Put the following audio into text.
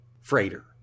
freighter